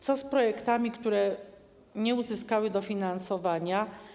Co z projektami, które nie uzyskały dofinansowania?